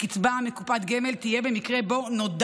לקצבה מקופת גמל תהיה במקרה שבו נודע